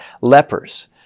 lepers